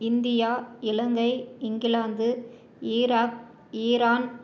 India Sri Lanka England Iraq Iran